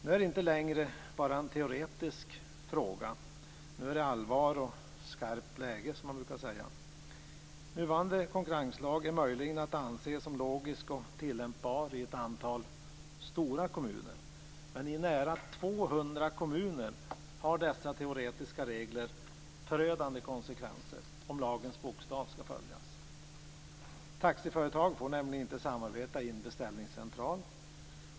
Nu är det inte längre enbart en teoretisk fråga. Nu är det allvar och skarpt läge, som man brukar säga. Nuvarande konkurrenslag är möjligen att anse som logisk och tillämpbar i ett antal stora kommuner, men i nära 200 kommuner har dessa teoretiska regler förödande konsekvenser, om lagens bokstav skall följas. Taxiföretag får nämligen inte samarbeta i en beställningscentral.